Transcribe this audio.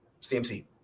CMC